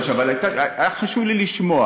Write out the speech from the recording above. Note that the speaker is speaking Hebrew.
אבל היה לי חשוב לשמוע.